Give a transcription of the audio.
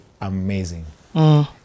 amazing